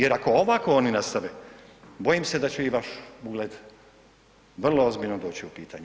Jer ako ovako oni nastave, bojim se da će i vaš ugled vrlo ozbiljno doći u pitanje.